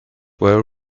were